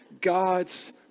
God's